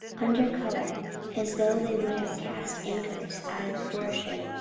under colour as though they would have cast anchors out of the foreship,